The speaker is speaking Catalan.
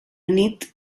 nit